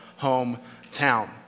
hometown